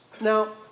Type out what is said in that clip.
Now